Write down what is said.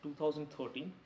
2013